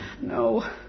No